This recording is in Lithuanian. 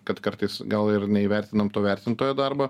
kad kartais gal ir neįvertinam to vertintojo darbo